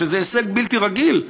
שזה הישג בלתי רגיל,